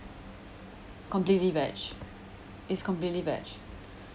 completely vegetarian it's completely vegetarian